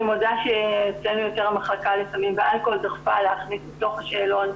אצלנו דחפה להכניס את זה לתוך השאלון.